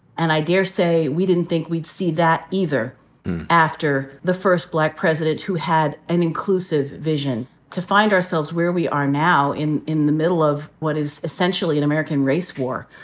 and i daresay we didn't think we'd see that either after the first black president, who had an inclusive vision. to find ourselves where we are now in in the middle of what is essentially an american race war,